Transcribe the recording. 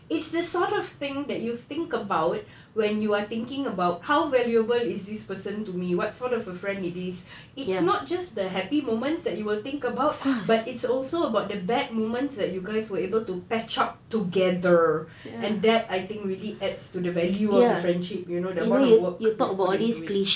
it's the sort of thing that you think about when you are thinking about how valuable is this person to me what sort of a friend it is it's not just the happy moments that you will think about but it's also about the bad moments that you guys were able to patch up together and that I think really adds to the value of the friendship you know the amount of work you put into it